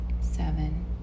seven